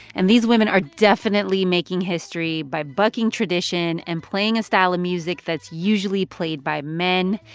and these women are definitely making history by bucking tradition and playing a style of music that's usually played by men.